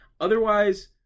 Otherwise